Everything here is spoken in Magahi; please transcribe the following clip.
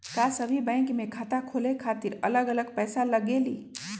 का सभी बैंक में खाता खोले खातीर अलग अलग पैसा लगेलि?